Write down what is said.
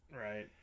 right